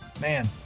man